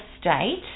state